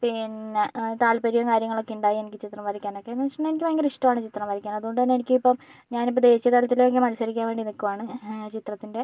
പിന്നെ താല്പര്യവും കാര്യങ്ങളൊക്കെ ഉണ്ടായി എനിക്ക് ചിത്രം വരയ്ക്കാനൊക്കെ എന്ന് വെച്ചിട്ടുണ്ടെങ്കിൽ എനിക്ക് ഭയങ്കര ഇഷ്ടമാണ് ചിത്രം വരയ്ക്കാൻ അതുകൊണ്ടുതന്നെ എനിക്ക് ഇപ്പോൾ ഞാനിപ്പോൾ ദേശീയ തലത്തിലേക്ക് മത്സരിക്കാൻ വേണ്ടി നിൽക്കുകയാണ് ചിത്രത്തിൻ്റെ